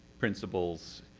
principles,